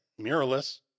Mirrorless